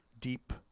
deep